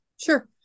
Sure